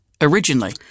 originally